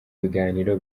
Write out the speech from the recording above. biganiro